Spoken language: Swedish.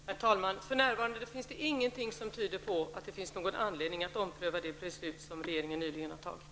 Herr talman! För närvarande finns det ingenting som tyder på att det finns någon anledning att ompröva det beslut som regeringen nyligen har fattat.